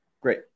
great